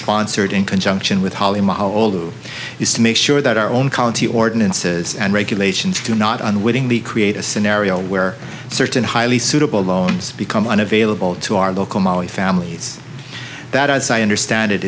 sponsored in conjunction with holly my old use to make sure that our own county ordinances and regulations do not unwittingly create a scenario where certain highly suitable loans become unavailable to our local mali families that as i understand it